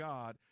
God